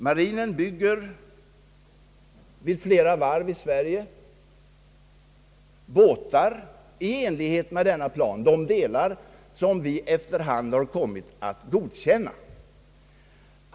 Marinen bygger båtar vid flera varv i Sverige i enlighet med de delar av denna plan som vi efter hand har godkänt.